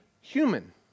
human